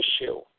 issue